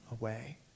away